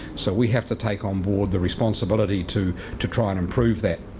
so we have to take onboard the responsibility to to try and improve that,